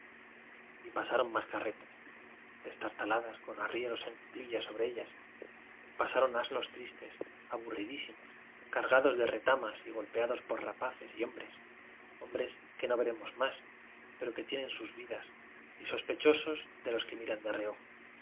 y pasaron más carretas destar taladas con arrieros en cuclillas sobre ellas y pasaron asnos tristes aburridísimos car gados de retamas y golpeados por rapa ces y hombres hombres que no veremos más pero que tienen sus vidas y sospe chosos de los que miran de reojo